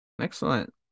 excellent